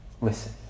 listen